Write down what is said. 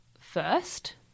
first